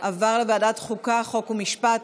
עברה לוועדת החוקה, חוק ומשפט.